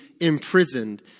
imprisoned